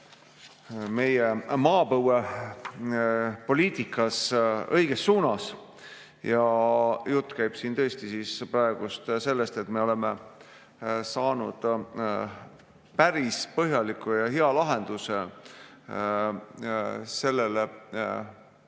meie maapõuepoliitikas õiges suunas. Jutt käib siin tõesti praegu sellest, et me oleme saanud päris põhjaliku ja hea lahenduse sellele